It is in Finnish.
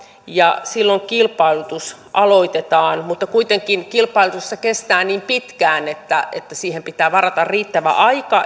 ja silloin kilpailutus aloitetaan mutta kuitenkin kilpailutuksessa kestää niin pitkään että siihen pitää varata riittävä aika